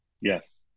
Yes